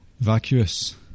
vacuous